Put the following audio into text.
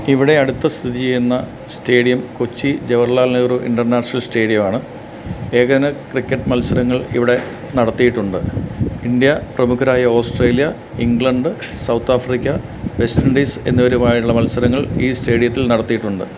ഇവിടെ അടുത്ത് സ്ഥിതി ചെയ്യുന്ന സ്റ്റേഡിയം കൊച്ചി ജവാഹർലാൽ നെഹ്റു ഇൻറ്റർനാഷണൽ സ്റ്റേഡിയമാണ് ഏകദിന ക്രിക്കറ്റ് മത്സരങ്ങൾ ഇവിടെ നടത്തീട്ടുണ്ട് ഇന്ത്യ പ്രഭുഖരായ Australia England South Africa West Indies എന്നിവരുമായുള്ള മത്സരങ്ങൾ ഇവിടെ ഈ സ്റ്റേഡിയത്തിൽ നടത്തീട്ടുണ്ട്